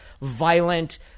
violent